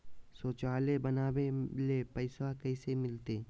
शौचालय बनावे ले पैसबा कैसे मिलते?